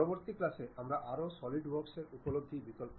পরবর্তী ক্লাসে আমরা এই 3 ডাইমেনশনাল ড্রয়িং সম্পর্কে আরও শিখব